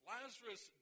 Lazarus